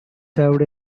served